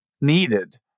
needed